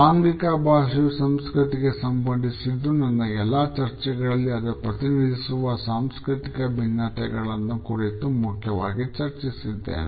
ಆಂಗಿಕ ಭಾಷೆಯು ಸಂಸ್ಕೃತಿಗೆ ಸಂಬಂಧಿಸಿದ್ದು ನನ್ನ ಎಲ್ಲಾ ಚರ್ಚೆಗಳಲ್ಲಿ ಅದು ಪ್ರತಿನಿಧಿಸುವ ಸಾಂಸ್ಕೃತಿಕ ಭಿನ್ನತೆಗಳನ್ನು ಕುರಿತು ಮುಖ್ಯವಾಗಿ ಚರ್ಚಿಸಿದ್ದೇನೆ